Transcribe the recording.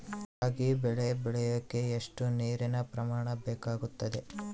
ರಾಗಿ ಬೆಳೆ ಬೆಳೆಯೋಕೆ ಎಷ್ಟು ನೇರಿನ ಪ್ರಮಾಣ ಬೇಕಾಗುತ್ತದೆ?